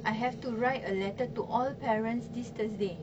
I have to write a letter to all parents this thursday